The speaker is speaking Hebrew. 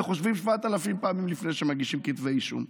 וחושבים 7,000 פעמים לפני שמגישים כתבי אישום.